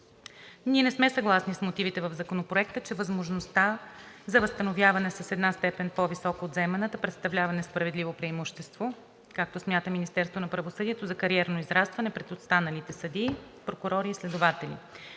Ние не сме съгласни с мотивите в Законопроекта, че възможността за възстановяване с една степен по-висока от заеманата представлява несправедливо преимущество, както смята Министерството на правосъдието, за кариерно израстване пред останалите съдии, прокурори и следователи.